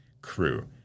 Crew